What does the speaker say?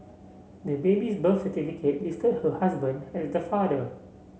the baby's birth certificate listed her husband as the father